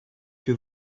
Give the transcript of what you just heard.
que